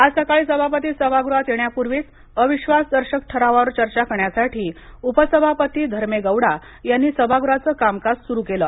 आज सकाळी सभापती सभागृहात येण्यापूर्वीच अविश्वास दर्शक ठरावावर चर्चा करण्यासाठी उपसभापती धर्मे गौडा यांनी सभागृहाच कामकाज सुरू केलं